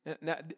now